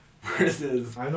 versus